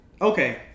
okay